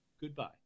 Goodbye